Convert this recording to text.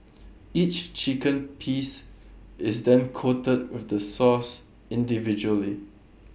each chicken piece is then coated with the sauce individually